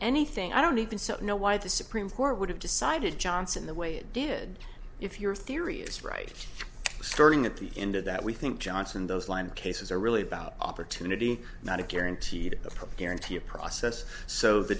anything i don't even know why the supreme court would have decided johnson the way it did if your theory is right starting at the end of that we think johnson those line cases are really about opportunity not a guaranteed approach guarantee a process so the